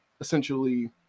essentially